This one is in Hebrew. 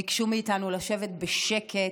ביקשו מאיתנו לשבת בשקט.